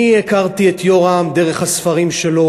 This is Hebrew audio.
אני הכרתי את יורם דרך הספרים שלו